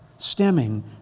stemming